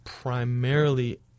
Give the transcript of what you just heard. primarily